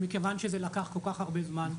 שמכיוון שזה לקח כל כך הרבה זמן,